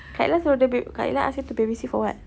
kak ella suruh dia kak ella ask you to baby sit for what